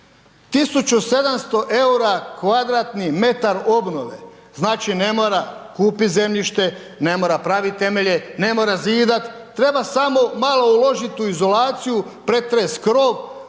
1700 eura kvadratnih metar obnove. Znači ne mora kupiti zemljište, ne mora praviti temelje, ne mora zidat, treba samo malo uložiti u izolaciju, pretresti krov,